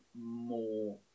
more